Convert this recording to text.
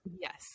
Yes